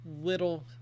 little